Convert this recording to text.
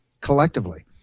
collectively